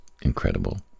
incredible